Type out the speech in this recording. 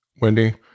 Wendy